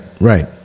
right